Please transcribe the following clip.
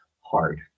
hard